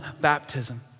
baptism